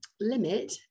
limit